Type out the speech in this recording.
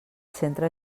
centre